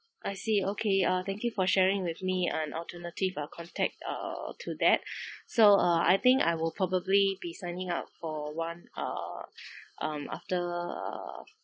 I see okay uh thank you for sharing with me an alternative uh contact err to that so uh I think I will probably be signing up for one uh um after uh